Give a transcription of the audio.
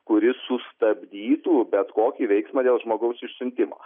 kuris sustabdytų bet kokį veiksmą dėl žmogaus išsiuntimo